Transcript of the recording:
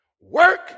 Work